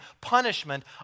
punishment